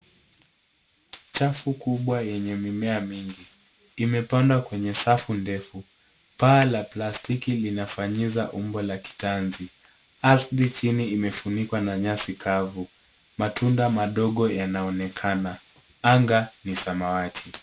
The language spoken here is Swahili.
Chafu kubwa yenye mimea mingi imepandwa kwenye safu ndefu. Paa la plastiki zinafanyiza umbo la kitanzi, ardhi chini imefunikwa na nyasi kavu, Matunda madogo yanaonekana, anga ni samawati.